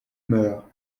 meur